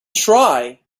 try